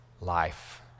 life